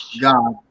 God